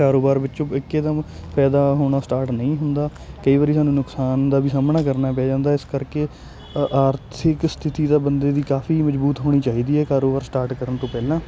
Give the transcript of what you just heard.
ਕਾਰੋਬਾਰ ਵਿੱਚੋਂ ਇੱਕਦਮ ਫਾਇਦਾ ਹੋਣਾ ਸਟਾਰਟ ਨਹੀਂ ਹੁੰਦਾ ਕਈ ਵਾਰੀ ਸਾਨੂੰ ਨੁਕਸਾਨ ਦਾ ਵੀ ਸਾਹਮਣਾ ਕਰਨਾ ਪੈ ਜਾਂਦਾ ਇਸ ਕਰਕੇ ਆਰਥਿਕ ਸਥਿਤੀ ਦਾ ਬੰਦੇ ਦੀ ਕਾਫੀ ਮਜ਼ਬੂਤ ਹੋਣੀ ਚਾਹੀਦੀ ਹੈ ਕਾਰੋਬਾਰ ਸਟਾਰਟ ਕਰਨ ਤੋਂ ਪਹਿਲਾਂ